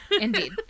Indeed